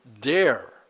dare